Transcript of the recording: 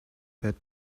that